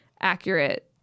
accurate